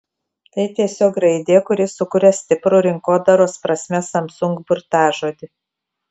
tai tiesiog raidė kuri sukuria stiprų rinkodaros prasme samsung burtažodį